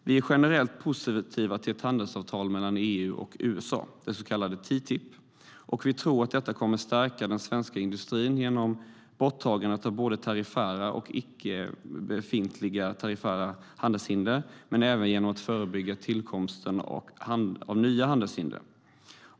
Vi är generellt positiva till ett handelsavtal mellan EU och USA, det så kallade TTIP, och vi tror att detta kommer att stärka den svenska industrin genom borttagandet av både tariffära och befintliga icke-tariffära handelshinder men även genom att förebygga tillkomsten av nya handelshinder.